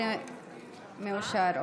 זה מאושר.